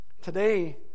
Today